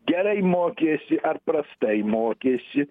gerai mokėsi ar prastai mokėsi